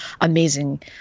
amazing